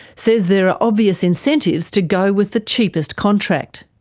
says there are obvious incentives to go with the cheapest contract.